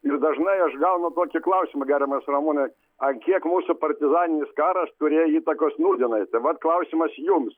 ir dažnai aš gaunu tokį klausimą gerbiamas ramūnas ant kiek mūsų partizaninis karas turėjo įtakos nūdienai tai vat klausimas jums